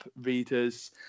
readers